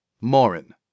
Morin